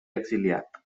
exiliat